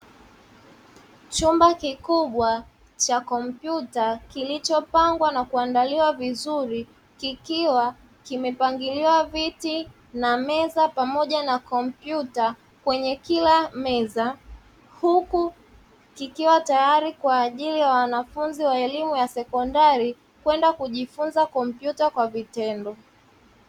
Chumba kikubwa cha kompyuta kilichopangwa na kuandaliwa vizuri kikiwa kimepangiliwa viti na meza pamoja na kompyuta kwenye kila meza, huku kikiwa tayari kwa ajili ya wanafunzi wa elimu ya sekondari kwenda kujifunza kompyuta kwa vitendo.